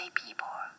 people